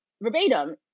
verbatim